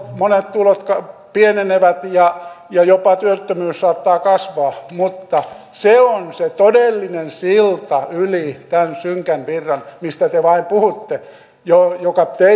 monet tulot pienenevät ja jopa työttömyys saattaa kasvaa mutta se on se todellinen silta yli tämän synkän virran mistä te vain puhutte ja teidän linjanne perustuu virtuaalituloihin